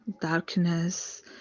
darkness